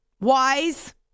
wise